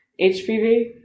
HPV